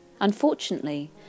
Unfortunately